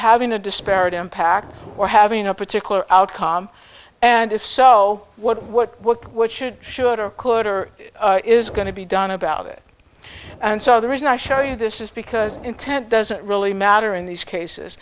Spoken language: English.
having a disparate impact or having a particular outcome and if so what what what what should should or could or is going to be done about it and so the reason i show you this is because intent doesn't really matter in these cases